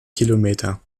kilometer